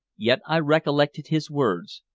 yet i recollected his words,